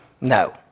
No